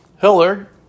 Hiller